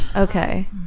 okay